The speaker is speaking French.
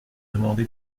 demandé